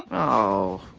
oh,